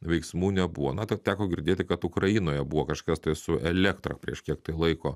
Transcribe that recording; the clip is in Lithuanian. veiksmų nebuvo na tik teko girdėti kad ukrainoje buvo kažkas tai su elektra prieš kiek tai laiko